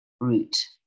route